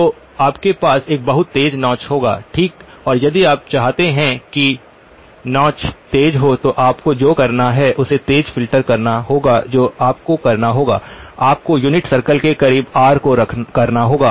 तो आपके पास एक बहुत तेज नौच होगा ठीक और यदि आप चाहते हैं कि नौच तेज हो तो आपको जो करना है उसे तेज फ़िल्टर करना होगा जो आपको करना होगा आपको यूनिट सर्किल के करीब आर को करना होगा